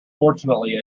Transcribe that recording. fortunately